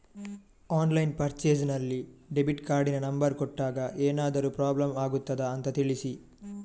Online purchase ನಲ್ಲಿ debit ಕಾರ್ಡಿನ number ಕೊಟ್ಟಾಗ ಏನಾದರೂ ಪ್ರಾಬ್ಲಮ್ ಆಗುತ್ತದ ಅಂತ ತಿಳಿಸಿ?